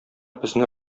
безне